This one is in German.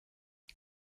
sie